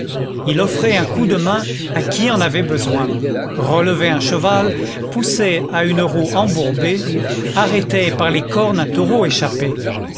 il offrait un coup de main à qui en avait besoin relevait un cheval poussait à une roue embourbée arrêtait par les cornes un taureau échappé